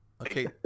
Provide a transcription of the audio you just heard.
Okay